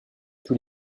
tous